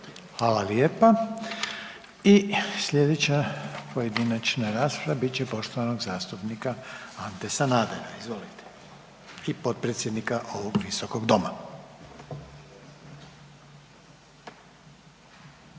Hvala lijepa. I sljedeća pojedinačna rasprava bit će poštovanog zastupnika Ante Sanadera i potpredsjednika ovog Visokog doma. Izvolite.